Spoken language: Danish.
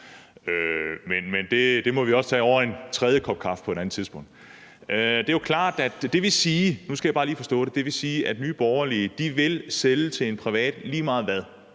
Men det må vi også tage over en tredje kop kaffe på et andet tidspunkt. Nu skal jeg bare lige forstå det: Vil det sige, at Nye Borgerlige vil sælge til en privat lige meget hvad,